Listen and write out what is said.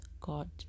God